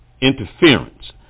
interference